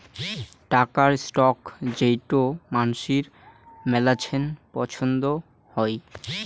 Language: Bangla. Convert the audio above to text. টাকার স্টক যেইটো মানসির মেলাছেন পছন্দ হই